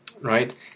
Right